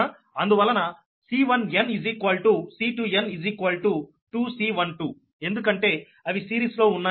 అందువలన C1n C2n 2 C12 ఎందుకంటే అవి సిరీస్ లో ఉన్నాయి కాబట్టి